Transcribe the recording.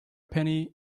penny